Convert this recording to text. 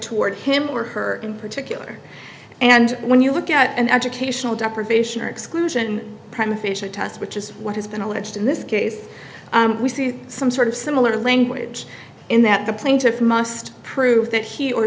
toward him or her in particular and when you look at an educational deprivation or exclusion prime official test which is what has been alleged in this case we see some sort of similar language in that the plaintiff must prove that he or